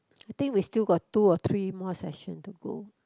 I think we still got two or three more session to go